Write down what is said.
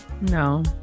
No